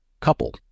couple